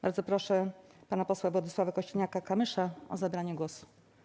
Bardzo proszę pana posła Władysława Kosiniaka-Kamysza o zabranie głosu.